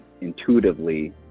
intuitively